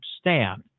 staff